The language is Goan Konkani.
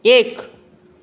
एक